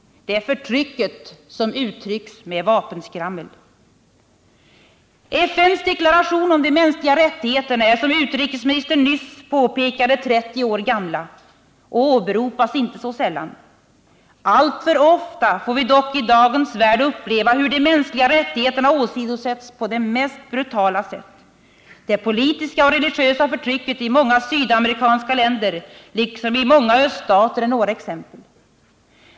Det är förtrycket som uttrycks med vapenskrammel. FN:s deklaration om de mänskliga rättigheterna är som utrikesministern nyss påpekade 30 år gammal och åberopas inte så sällan. Alltför ofta får vi dock i dagens värld uppleva hur de mänskliga rättigheterna åsidosätts på det mest brutala sätt. Det politiska och religiösa förtrycket i många sydamerikanska länder liksom i många öststater är några exempel.